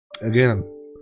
again